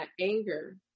anger